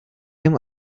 him